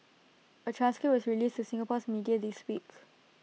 A transcript was released to Singapore's media this week